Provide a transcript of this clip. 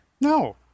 No